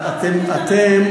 אתם